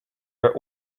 are